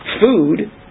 food